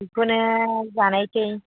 बेखौनो जानायसै